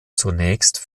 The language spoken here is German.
zunächst